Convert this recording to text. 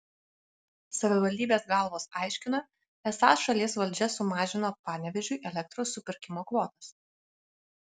savivaldybės galvos aiškina esą šalies valdžia sumažino panevėžiui elektros supirkimo kvotas